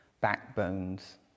backbones